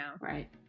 Right